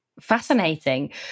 Fascinating